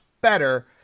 better